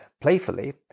playfully